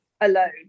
alone